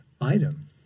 item